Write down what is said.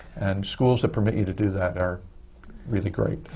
and schools that permit you to do that are really great.